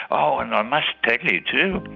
oh, and i must tell you too,